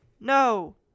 No